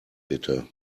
bitte